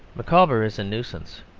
micawber is a nuisance.